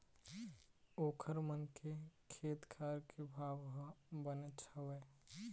ओखर मन के खेत खार के भाव ह बनेच हवय